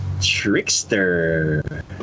Trickster